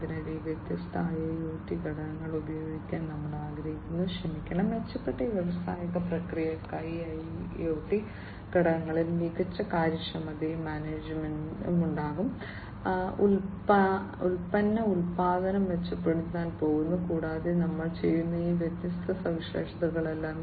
അതിനാൽ ഈ വ്യത്യസ്ത IIoT ഘടകങ്ങൾ ഉപയോഗിക്കാൻ ഞങ്ങൾ ആഗ്രഹിക്കുന്നു ക്ഷമിക്കണം മെച്ചപ്പെട്ട വ്യാവസായിക പ്രക്രിയകൾക്കായി ഈ IoT ഘടകങ്ങളിൽ മികച്ച കാര്യക്ഷമതയും മാനേജ്മെന്റും ഉണ്ടായിരിക്കും ഉൽപ്പന്ന ഉൽപ്പാദനം മെച്ചപ്പെടാൻ പോകുന്നു കൂടാതെ ഞങ്ങൾ ചെയ്യുന്ന ഈ വ്യത്യസ്ത സവിശേഷതകളെല്ലാം